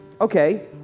Okay